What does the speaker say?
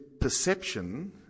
perception